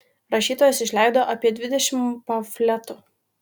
rašytojas išleido apie dvidešimt pamfletų